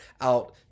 out